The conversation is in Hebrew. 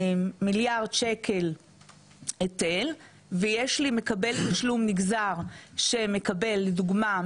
מיליארד שקלים היטל ויש לי מקבל תשלום נגזר שמקבל לדוגמא,